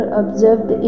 observed